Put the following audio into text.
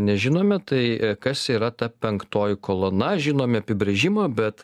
nežinome tai kas yra ta penktoji kolona žinome apibrėžimą bet